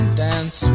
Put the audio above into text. dance